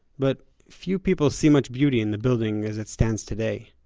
but few people see much beauty in the building as it stands today.